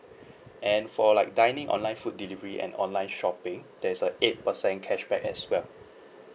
and for like dining online food delivery and online shopping there's a eight percent cashback as well